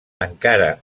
encara